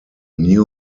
new